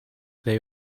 they